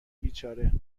بیچاره